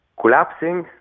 collapsing